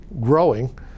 growing